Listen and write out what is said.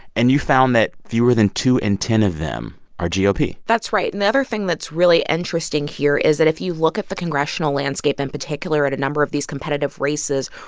and you found that fewer than two in ten of them are gop that's right. and the other thing that's really interesting here is that if you look at the congressional landscape in particular at a number of these competitive races,